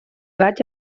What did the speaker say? vaig